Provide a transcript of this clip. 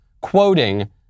quoting